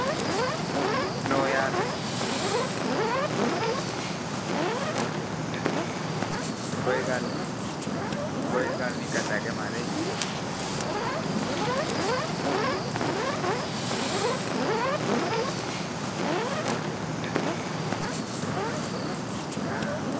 नौ ज्हार रपेआ कोई गल्ल निं कोई गल्ल निं करी लैगे महाराज हां